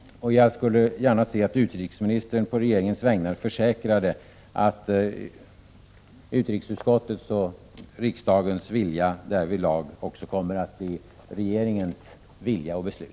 Jag skulle gärna se att utrikesministern på regeringens vägnar försäkrade att utrikesutskottets och riksdagens vilja därvidlag också kommer att bli regeringens vilja och beslut.